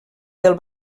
del